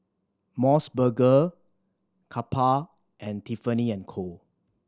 Mos Burger Kappa and Tiffany and Co